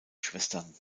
schwestern